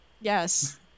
Yes